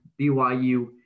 BYU